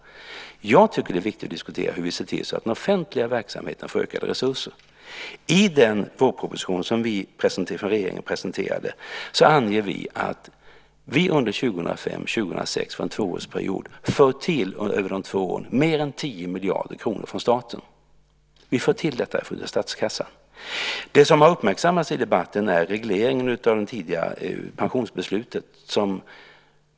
Jag tycker att det är viktigt att diskutera hur den offentliga verksamheten får ökade resurser. I den vårproposition som vi från regeringen presenterade anger vi att vi för 2005 och 2006, under en tvåårsperiod, för till mer än 10 miljarder kronor från staten. Vi för till det från statskassan. Det som har uppmärksammats i debatten är regleringen av det tidigare pensionsbeslutet.